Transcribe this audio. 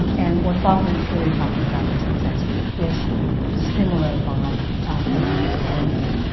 and what faulkner is really talking about in some sense is the similar bond among the women,